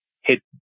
hit